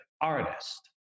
artist